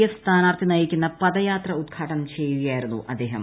F സ്ഥാനാർത്ഥി നയിക്കുന്ന പദയാത്ര ഉദ്ഘാടനം ചെയ്യുകയായിരുന്നു അദ്ദേഹം